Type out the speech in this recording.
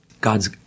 God's